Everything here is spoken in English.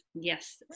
Yes